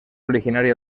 originaria